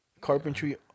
Carpentry